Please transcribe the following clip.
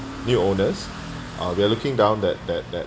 new owners uh we are looking down that that that